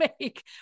make